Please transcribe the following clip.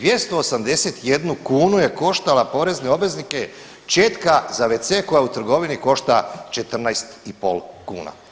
281 je koštala porezne obveznike četka za WC koja u trgovini košta 14,5 kuna.